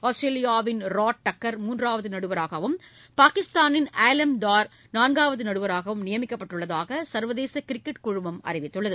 ஆஸ்திரேலியாவின் Rod Tucker மூன்றாவது நடுவராகவும் பாகிஸ்தானின் அலீம்தார் நான்காவது நடுவராகவும் நியமிக்கப்பட்டுள்ளதாக சா்வதேச கிரிக்கெட் குழுமம் அறிவித்துள்ளது